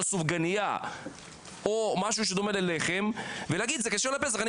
סופגנייה או משהו שדומה ללחם ולהגיד זה כשר לפסח,